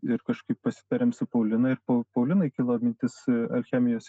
ir kažkaip pasitarėm su paulina ir pau paulinai kilo mintis alchemijos